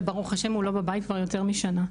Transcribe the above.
וברוך ה' הוא לא בבית כבר יותר משנה.